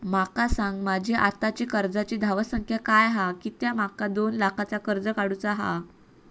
माका सांगा माझी आत्ताची कर्जाची धावसंख्या काय हा कित्या माका दोन लाखाचा कर्ज काढू चा हा?